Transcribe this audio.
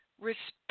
Respect